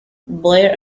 blair